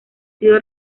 sido